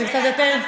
אז זה קצת יותר,